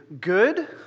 good